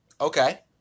Okay